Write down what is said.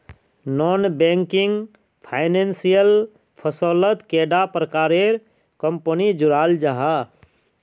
Non banking financial फसलोत कैडा प्रकारेर कंपनी जुराल जाहा?